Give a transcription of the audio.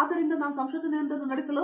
ಆದ್ದರಿಂದ ನಾನು ಸಂಶೋಧನೆಯೊಂದನ್ನು ನಡೆಸಲು